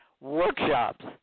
workshops